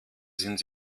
sind